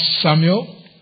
Samuel